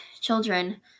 children